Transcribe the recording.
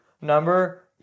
number